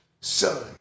Son